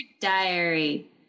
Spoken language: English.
Diary